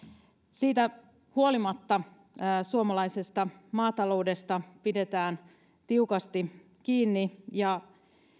siitä huolimatta suomalaisesta maataloudesta pidetään tiukasti kiinni ja